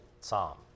psalm